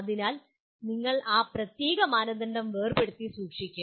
അതിനാൽ നിങ്ങൾ ആ പ്രത്യേക മാനദണ്ഡം വേർപെടുത്തി സൂക്ഷിക്കും